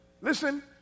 Listen